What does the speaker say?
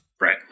Right